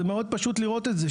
זה מאוד פשוט לראות את זה.